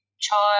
child